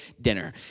dinner